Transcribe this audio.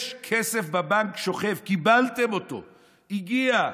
יש כסף שוכב בבנק, קיבלתם אותו, הגיע.